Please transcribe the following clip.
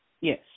Yes